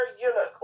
unicorn